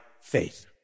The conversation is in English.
faith